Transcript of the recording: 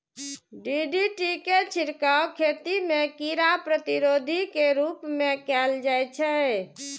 DDT के छिड़काव खेती मे कीड़ा प्रतिरोधी के रूप मे कैल जाइ छै